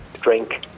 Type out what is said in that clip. drink